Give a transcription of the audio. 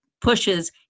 pushes